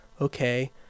okay